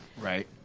Right